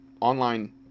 online